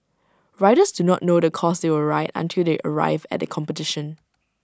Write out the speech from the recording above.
riders do not know the course they will ride until they arrive at the competition